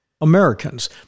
Americans